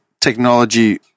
technology